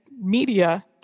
media